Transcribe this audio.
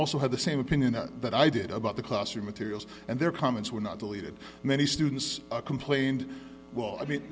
also had the same opinion that i did about the classroom materials and their comments were not deleted many students complained well i mean